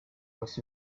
was